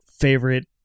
favorite